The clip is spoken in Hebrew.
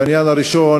בעניין הראשון,